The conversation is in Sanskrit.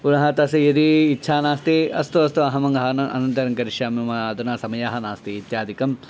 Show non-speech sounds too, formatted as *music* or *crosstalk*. पुनः तस्य यदि इच्छा नास्ति अस्तु अस्तु अहम् *unintelligible* अनन्तरङ्करिष्यामि म अधुना समयः नास्ति इत्यादिकम्